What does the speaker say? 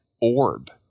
orb